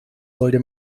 sollte